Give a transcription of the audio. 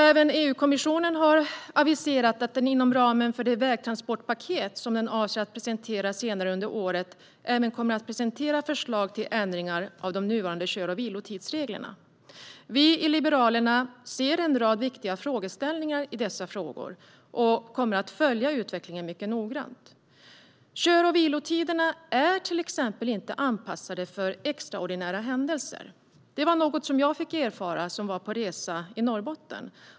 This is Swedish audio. EU-kommissionen har aviserat att man inom ramen för det vägtransportpaket som man avser att presentera senare under året även kommer att presentera förslag till ändringar av de nuvarande kör och vilotidsreglerna. Vi i Liberalerna ser en rad viktiga frågeställningar på dessa områden och kommer att följa utvecklingen mycket noggrant. Kör och vilotiderna är till exempel inte anpassade för extraordinära händelser, vilket jag själv fick erfara när jag var på resa i Norrbotten.